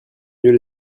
mieux